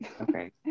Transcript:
okay